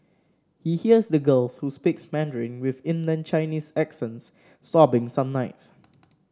he hears the girls who speaks Mandarin with inland Chinese accents sobbing some nights